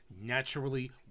naturally